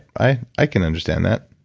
i i can understand that.